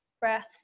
breaths